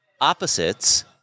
opposites